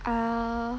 err